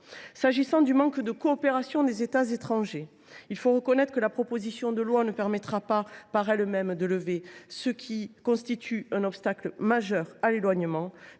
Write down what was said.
viens au manque de coopération des États étrangers. Il faut reconnaître que la proposition de loi ne permettra pas, à elle seule, de lever ce qui constitue un obstacle majeur à l’éloignement.